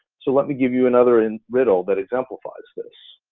so let me give you another and riddle that exemplifies this.